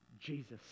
Jesus